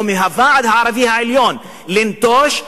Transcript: או מהוועד הערבי העליון לנטוש,